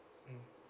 mm